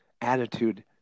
attitude